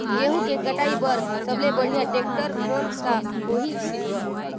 गहूं के कटाई पर सबले बढ़िया टेक्टर कोन सा होही ग?